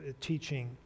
teaching